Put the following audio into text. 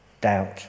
doubt